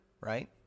right